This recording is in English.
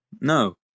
no